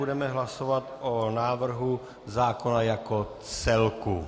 Budeme hlasovat o návrhu zákona jako celku.